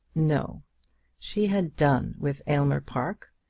no she had done with aylmer park,